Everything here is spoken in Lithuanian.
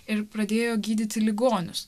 ir pradėjo gydyti ligonius